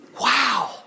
Wow